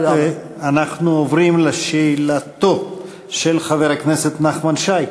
אנחנו עוברים לשאלתו של חבר הכנסת נחמן שי.